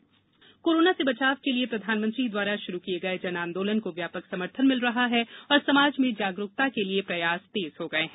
जन आंदोलन अपील कोरोना से बचाव के लिए प्रधानमंत्री द्वारा शुरू किये गये जन आंदोलन को व्यापक समर्थन मिल रहा है और समाज में जागरूकता के लिए प्रयास तेज हो गये है